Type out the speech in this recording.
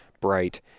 bright